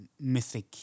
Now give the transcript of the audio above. mythic